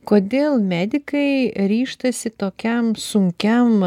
kodėl medikai ryžtasi tokiam sunkiam